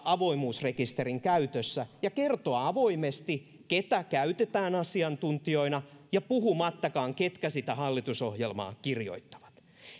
avoimuusrekisterin olla käytössä ja kertoa avoimesti keitä käytetään asiantuntijoina puhumattakaan siitä ketkä sitä hallitusohjelmaa kirjoittavat